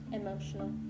emotional